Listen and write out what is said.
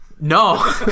no